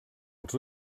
els